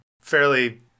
fairly